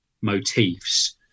motifs